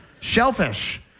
Shellfish